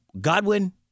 Godwin